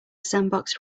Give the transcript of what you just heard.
sandboxed